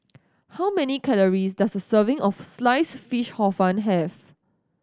how many calories does a serving of Sliced Fish Hor Fun have